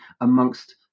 amongst